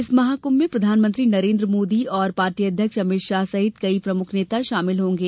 इस महाकुंभ में प्रधानमंत्री नरेन्द्र मोदी और पार्टी अध्यक्ष अमित शाह सहित कई प्रमुख नेता शामिल होंगे